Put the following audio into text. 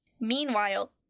Meanwhile